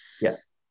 Yes